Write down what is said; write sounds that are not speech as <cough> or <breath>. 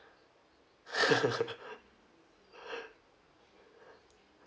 <laughs> <breath>